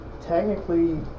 technically